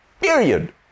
Period